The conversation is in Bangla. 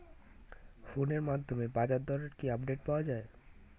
ফোনের মাধ্যমে বাজারদরের কি আপডেট পাওয়া যায়?